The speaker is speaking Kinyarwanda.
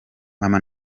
mama